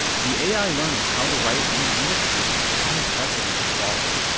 the ai learned how to write in english with unprecedented quality.